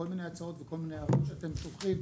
מיני הצעות וכל מיני הערות שאתם שולחים.